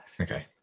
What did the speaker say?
Okay